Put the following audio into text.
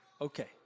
Okay